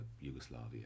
Yugoslavia